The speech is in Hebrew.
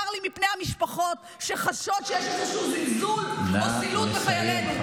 צר לי מפני המשפחות שחשות שיש איזשהו זלזול או זילות בחיילינו.